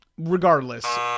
Regardless